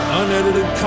unedited